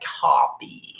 copy